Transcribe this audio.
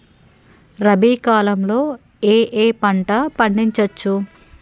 రబీ కాలంలో ఏ ఏ పంట పండించచ్చు?